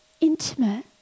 intimate